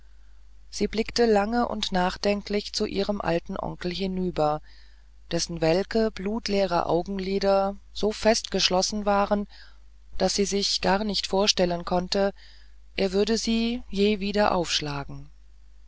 sie blickte lang und nachdenklich zu ihrem alten onkel hinüber dessen welke blutleere augenlider so fest geschlossen waren daß sie sich gar nicht vorstellen konnte er würde sie je wieder aufschlagen